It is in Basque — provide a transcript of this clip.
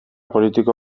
politiko